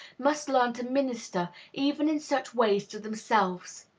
must learn to minister even in such ways to themselves.